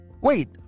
Wait